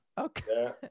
Okay